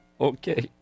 Okay